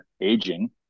aging